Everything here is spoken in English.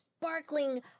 Sparkling